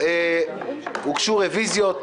הוגשו רביזיות.